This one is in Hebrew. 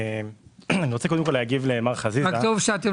ראשית אנו